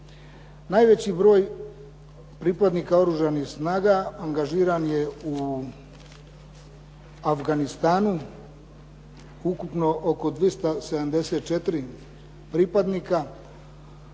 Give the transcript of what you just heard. Najveći broj pripadnika Oružanih snaga angažiran je u Afganistanu, ukupno oko 274 pripadnika,